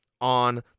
on